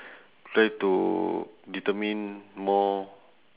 try to determine more